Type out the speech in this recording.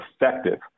effective